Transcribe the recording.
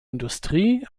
industrie